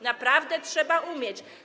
Naprawdę to trzeba umieć.